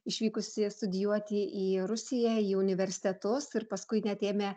išvykusi studijuoti į rusiją į universitetus ir paskui neatėmė